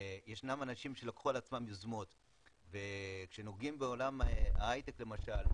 ישנם אנשים שלקחו על עצמם יוזמות וכשנוגעים בעולם ההייטק למשל,